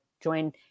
join